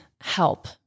help